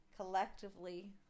collectively